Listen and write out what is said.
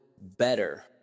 better